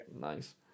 nice